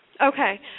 Okay